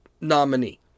nominee